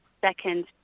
second